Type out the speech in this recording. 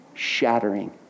Shattering